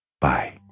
Bye